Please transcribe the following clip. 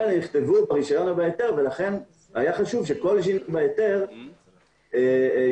לכן היה חשוב שכל שינוי בהיתר יוביל